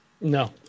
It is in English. No